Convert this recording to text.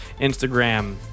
Instagram